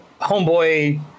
homeboy